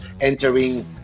entering